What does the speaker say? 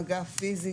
מגע פיזי,